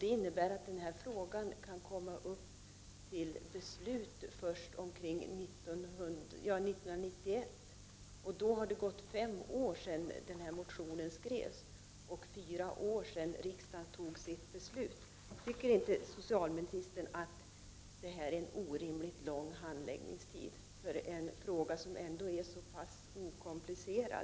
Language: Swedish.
Detta innebär att frågan kan komma upp till beslut först 1991, och då har det gått fem år sedan motionen skrevs och fyra år sedan riksdagen fattade sitt beslut. Tycker inte socialministern att hand 37 läggningstiden är orimligt lång, då det ändå gäller en fråga som är så pass okomplicerad?